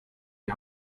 die